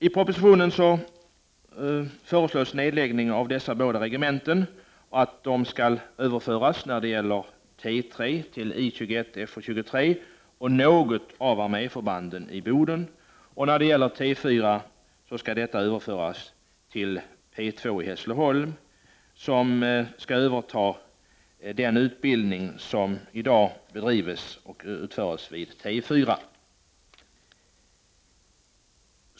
I propositionen föreslås att dessa båda regementen skall läggas ner och överföras när det gäller T3 till I 21/Fo 23 och något av arméförbanden i Boden och när det gäller T 4 till P2 i Hässleholm, som skall överta den utbildning som i dag bedrives vid T4.